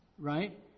Right